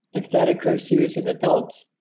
if that occurs to you as an adult